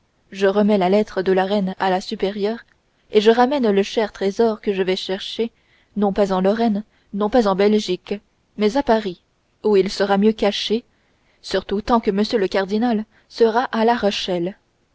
je remets la lettre de la reine à la supérieure et je ramène le cher trésor que je vais chercher non pas en lorraine non pas en belgique mais à paris où il sera mieux caché surtout tant que m le cardinal sera à